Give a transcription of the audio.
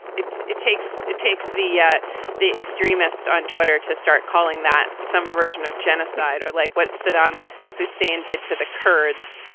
it it takes it takes the yeah the extremists on twitter to start calling that some version of genocide or like what saddam hussein did to the kurds.